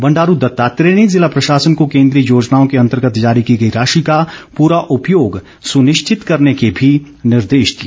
बंडारू दत्तात्रेय ने जिला प्रशासन को केन्द्रीय योजनाओं के अंतर्गत जारी की गई राशि का पूरा उपयोग सुनिश्चित करने के भी निर्देश दिए